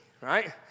Right